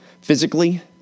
physically